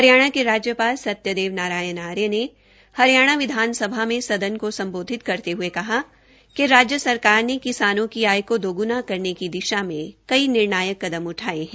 हरियाणा के राज्यपाल सत्यदेव नारायण आर्य ने हरियाणा विधानसभा में सदन को सम्बोधित करते हये कहा कि राज्य सरकार ने किसानों की आय को दोगुणा करने की दिशा में कई निर्णायक कदम उठाये है